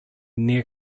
near